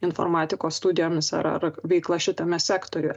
informatikos studijomis ar ar veikla šitame sektoriuje